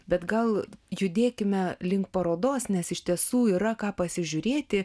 bet gal judėkime link parodos nes iš tiesų yra ką pasižiūrėti